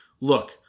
look